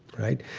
right?